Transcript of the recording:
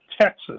Texas